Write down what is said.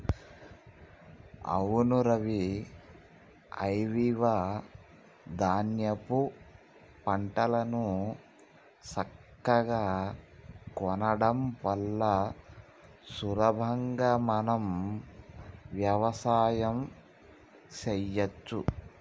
అవును రవి ఐవివ ధాన్యాపు పంటలను సక్కగా కొనడం వల్ల సులభంగా మనం వ్యవసాయం సెయ్యచ్చు